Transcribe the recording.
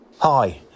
Hi